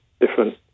different